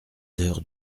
heures